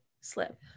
slip